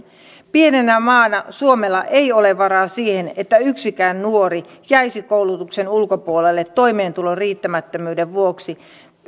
pienenä maana suomella ei ole varaa siihen että yksikään nuori jäisi koulutuksen ulkopuolelle toimeentulon riittämättömyyden vuoksi